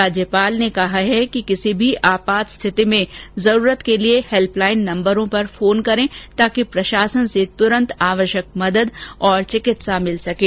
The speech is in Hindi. राज्यपाल ने कहा है कि किसी भी आपात स्थिति में जरूरत के लिए हेल्पलाइन नम्बरों पर फोन करें ताकि प्रशासन से तुरंत आवश्यक मदद और चिकित्सा मिल सकें